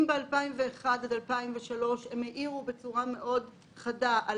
אם ב-2001 עד 2003 הם העירו בצורה מאוד חדה על